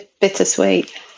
bittersweet